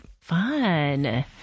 Fun